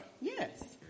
yes